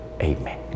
Amen